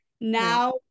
Now